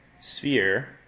sphere